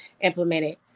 implemented